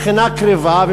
הבחינה קרבה,